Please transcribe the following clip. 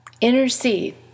Intercede